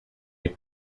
les